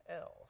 else